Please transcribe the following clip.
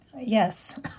Yes